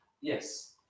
yes